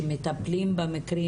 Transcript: שמטפלים במקרים,